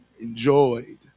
enjoyed